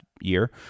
year